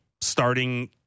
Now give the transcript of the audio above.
starting